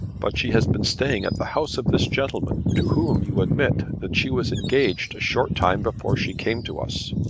but she has been staying at the house of this gentleman to whom you admit that she was engaged a short time before she came to us.